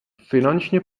finančně